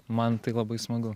man tai labai smagu